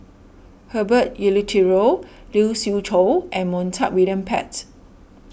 Herbert Eleuterio Lee Siew Choh and Montague William Pett